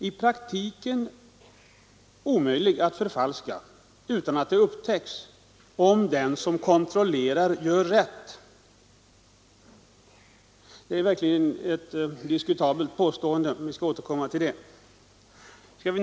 I praktiken omöjlig att förfalska utan att det upptäcks om den som kontrollerar gör rätt.” Det är verkligen ett diskutabelt påstående, men jag skall återkomma till det.